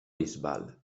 bisbal